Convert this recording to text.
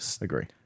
Agree